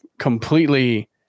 completely